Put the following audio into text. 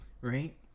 Right